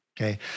Okay